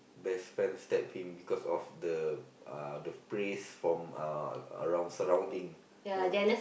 best friend stab him because of the uh the praise from uh around surrounding